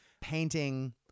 painting